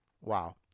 wow